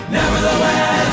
nevertheless